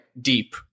deep